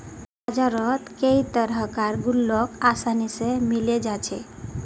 बजारत कई तरह कार गुल्लक आसानी से मिले जा छे